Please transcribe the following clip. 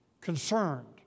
concerned